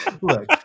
look